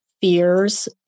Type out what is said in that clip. fears